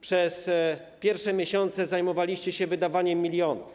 Przez pierwsze miesiące zajmowaliście się wydawaniem milionów.